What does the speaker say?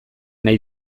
nahi